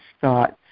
thoughts